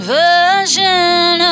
version